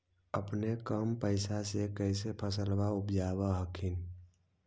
अपने कम पैसा से कैसे फसलबा उपजाब हखिन?